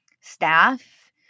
staff